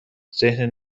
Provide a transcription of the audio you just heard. ذهن